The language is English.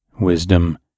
wisdom